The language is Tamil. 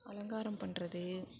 அலங்காரம் பண்ணுறது